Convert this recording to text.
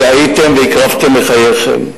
שהייתם והקרבתם את חייכם.